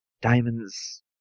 Diamonds